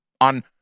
on